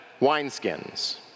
wineskins